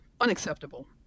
unacceptable